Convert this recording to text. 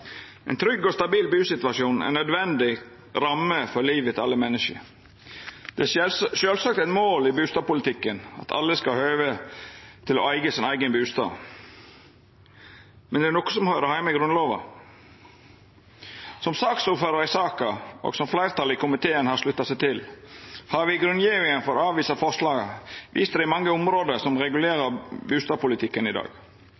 Ein trygg og stabil busituasjon er ei nødvendig ramme i livet til alle menneske. Det er sjølvsagt eit mål i bustadpolitikken at alle skal ha høve til å eiga sin eigen bustad. Men er det noko som høyrer heime i Grunnlova? Eg som saksordførar, og fleirtalet i komiteen har slutta seg til, har i grunngjevinga for å avvisa forslaget vist til dei mange områda som regulerer bustadpolitikken i dag.